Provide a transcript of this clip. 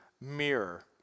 mirror